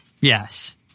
Yes